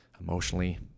emotionally